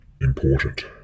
important